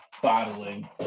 Bottling